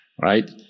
right